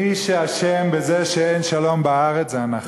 מי שאשם בזה שאין שלום בארץ זה אנחנו,